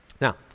Now